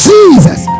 Jesus